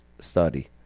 study